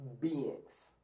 beings